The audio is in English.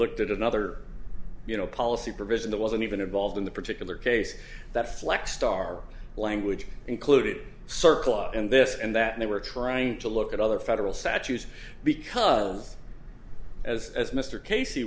looked at another you know policy provision that wasn't even involved in the particular case that flex star language included circle and this and that they were trying to look at other federal statutes because as as mr case